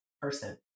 person